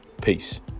Peace